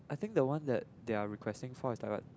I think the one that they are requesting for is the